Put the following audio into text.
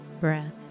breath